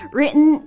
Written